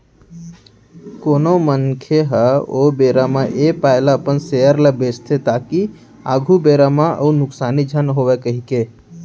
कोनो मनखे ह ओ बेरा म ऐ पाय के अपन सेयर ल बेंचथे ताकि आघु बेरा म अउ नुकसानी झन होवय कहिके